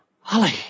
Holly